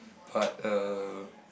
but uh